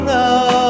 now